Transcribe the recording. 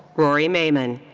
rory maimon.